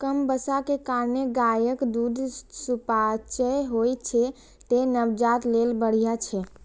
कम बसा के कारणें गायक दूध सुपाच्य होइ छै, तें नवजात लेल बढ़िया छै